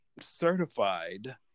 certified